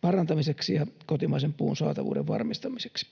parantamiseksi ja kotimaisen puun saatavuuden varmistamiseksi.